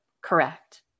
correct